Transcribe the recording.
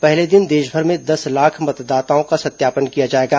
पहले दिन देशभर में दस लाख मतदाताओं का सत्यापन किया जाएगा